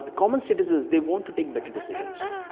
common citizens, they want to take better decisions.